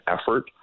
effort